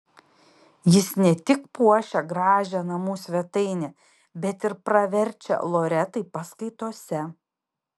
jis ne tik puošia gražią namų svetainę bet ir praverčia loretai paskaitose